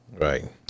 Right